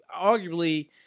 arguably